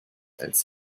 als